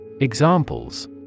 Examples